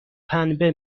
پنبه